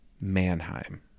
Manheim